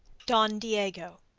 don diego